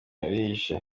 bihishe